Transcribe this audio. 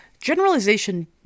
Generalization